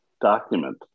document